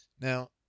Now